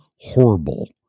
horrible